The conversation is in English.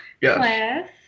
Yes